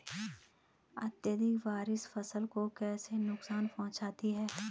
अत्यधिक बारिश फसल को कैसे नुकसान पहुंचाती है?